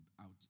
out